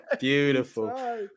Beautiful